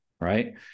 right